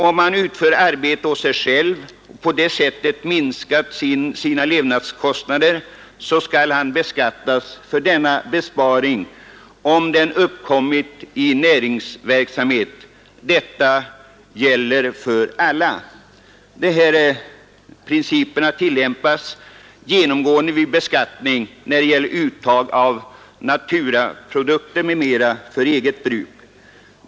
Om man utför arbete åt sig själv och på detta sätt minskar sina levnadskostnader skall man beskattas för denna besparing, om den uppkommit i näringsverksamhet. Detta gäller för alla. De här principerna tillämpas genomgående vid beskattning när det gäller uttag av naturaprodukter m.m. för eget bruk.